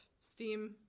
steam